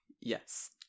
Yes